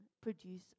produce